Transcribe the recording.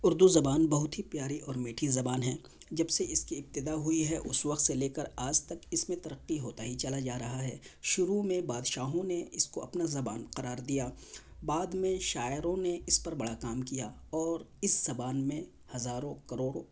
اردو زبان بہت ہی پیاری اور میٹھی زبان ہے جب سے اس کی ابتدا ہوئی ہے اس وقت سے لے کر آج تک اس میں ترقی ہوتا ہی چلا جا رہا ہے شروع میں بادشاہوں نے اس کو اپنا زبان قرار دیا بعد میں شاعروں نے اس پر بڑا کام کیا اور اس زبان میں ہزاروں کروڑوں